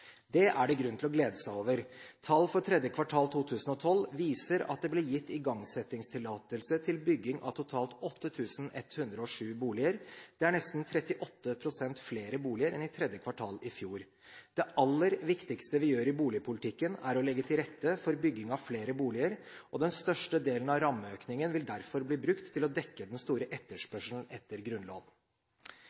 Det er det grunn til å glede seg over. Tall for tredje kvartal 2012 viser at det ble gitt igangsettingstillatelse til bygging av totalt 8 107 boliger. Det er nesten 38 pst. flere boliger enn i tredje kvartal i fjor. Det aller viktigste vi gjør i boligpolitikken, er å legge til rette for bygging av flere boliger. Den største delen av rammeøkningen vil derfor bli brukt til å dekke den store etterspørselen etter grunnlån.